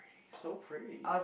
so pretty